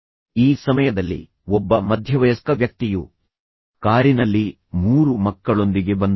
ಮತ್ತು ಈ ಸಮಯದಲ್ಲಿ ಒಬ್ಬ ಮಧ್ಯವಯಸ್ಕ ವ್ಯಕ್ತಿಯು ಕಾರಿನಲ್ಲಿ ಬಂದರು ನಂತರ ಅವರು ವಾಸ್ತವವಾಗಿ ಮೂರು ಮಕ್ಕಳೊಂದಿಗೆ ಬಂದರು